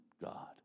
God